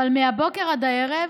אבל מהבוקר עד הערב,